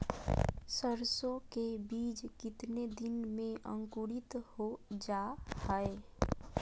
सरसो के बीज कितने दिन में अंकुरीत हो जा हाय?